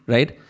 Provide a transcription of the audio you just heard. Right